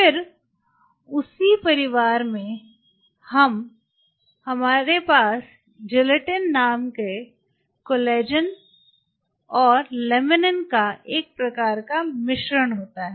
फिर उसी परिवार में हमारे पास जिलेटिन नामक कोलेजन और लैमिनिन का एक प्रकार का मिश्रण होता है